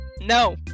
No